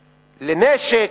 לנשק,